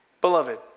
Beloved